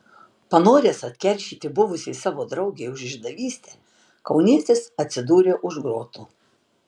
panoręs atkeršyti buvusiai savo draugei už išdavystę kaunietis atsidūrė už grotų